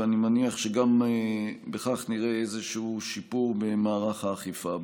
ואני מניח שגם בכך נראה איזשהו שיפור במערך האכיפה.